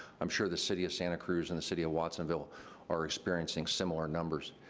i'm sure the city of santa cruz and the city of watsonville are experiencing similar numbers,